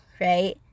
right